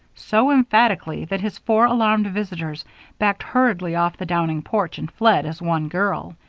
so emphatically that his four alarmed visitors backed hurriedly off the downing porch and fled as one girl.